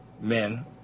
men